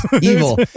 evil